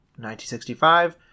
1965